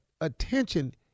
attention